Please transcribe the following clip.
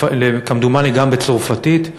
כמדומני גם בצרפתית.